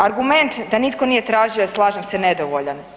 Argument da nitko nije tražio je slažem se, nedovoljan.